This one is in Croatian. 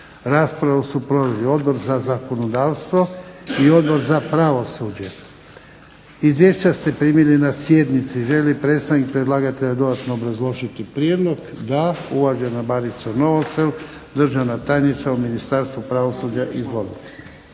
Raspravu su proveli Odbor za zakonodavstvo i Odbor za pravosuđe. Izvješća ste primili na sjednici. Želi li predstavnik predlagatelja dodatno obrazložiti prijedlog? Da. Uvažena Barica Novosel, državna tajnica u Ministarstvu pravosuđa. Izvolite.